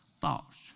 thoughts